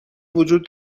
وجود